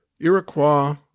Iroquois